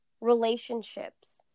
relationships